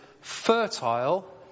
fertile